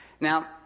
Now